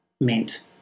meant